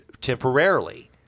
temporarily